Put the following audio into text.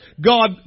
God